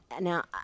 Now